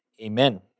Amen